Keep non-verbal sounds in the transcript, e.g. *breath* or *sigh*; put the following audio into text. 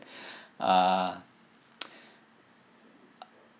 *breath* uh *noise*